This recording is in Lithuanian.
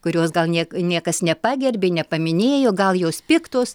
kurios gal niek niekas nepagerbė nepaminėjo gal jos piktos